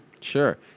Sure